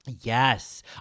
Yes